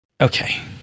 Okay